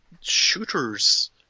Shooter's